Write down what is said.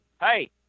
hey